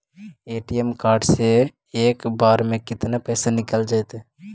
ATM card से एक बार में केतना पैसा निकल जइतै?